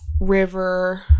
River